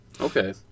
Okay